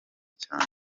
cyane